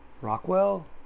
Rockwell